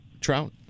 trout